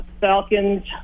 falcons